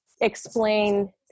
explain